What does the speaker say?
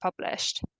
published